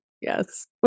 Yes